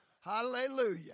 Hallelujah